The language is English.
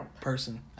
person